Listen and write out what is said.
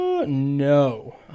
No